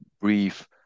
brief